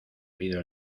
pido